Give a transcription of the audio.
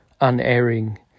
unerring